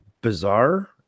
bizarre